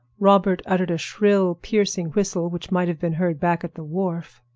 robert uttered a shrill, piercing whistle which might have been heard back at the wharf.